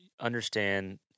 understand